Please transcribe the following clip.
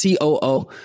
COO